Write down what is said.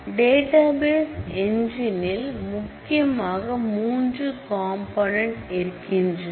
database எஞ்சின்ல் முக்கியமாக மூன்று காம்போனென்ட் இருக்கின்றன